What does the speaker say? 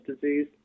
Disease